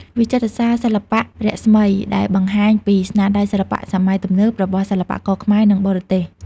វិចិត្រសាលសិល្បៈរស្មី ដែលបង្ហាញពីស្នាដៃសិល្បៈសម័យទំនើបរបស់សិល្បករខ្មែរ និងបរទេស។